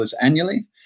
annually